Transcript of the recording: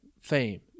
fame